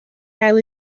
gael